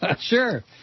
Sure